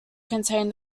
contain